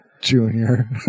junior